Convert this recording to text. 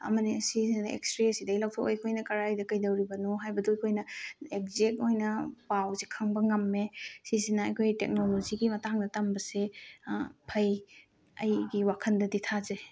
ꯑꯃꯅꯤ ꯁꯤꯁꯤꯅ ꯑꯦꯛꯁꯔꯦꯁꯤꯗꯒꯤ ꯂꯧꯊꯣꯛꯑꯒ ꯑꯩꯈꯣꯏꯅ ꯀꯗꯥꯏꯗ ꯀꯩꯗꯧꯔꯤꯕꯅꯣ ꯍꯥꯏꯕꯗꯨ ꯑꯩꯈꯣꯏꯅ ꯑꯦꯛꯖꯦꯛ ꯑꯣꯏꯅ ꯄꯥꯎꯁꯤ ꯈꯪꯕ ꯉꯝꯃꯦ ꯁꯤꯁꯤꯅ ꯑꯩꯈꯣꯏ ꯇꯦꯛꯅꯣꯂꯣꯖꯤꯒꯤ ꯃꯇꯥꯡꯗ ꯇꯝꯕꯁꯦ ꯐꯩ ꯑꯩꯒꯤ ꯋꯥꯈꯜꯗꯗꯤ ꯊꯥꯖꯩ